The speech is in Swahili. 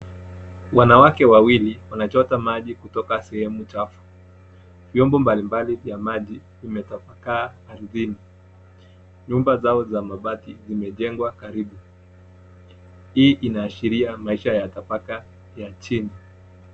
Wanawake wawili wanachota maji kutoka sehemu chafu. Vyombo mbalimbali vya maji vimetapakaa ardhini. Nyumba zao za mabati zimejengwa karibu. Hii inaashiria maisha ya tapaka ya chini.